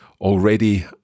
already